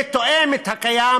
זה תואם את הקיים,